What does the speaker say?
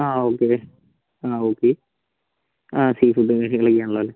ആ okay ah okay ah sea food